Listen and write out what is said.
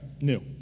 New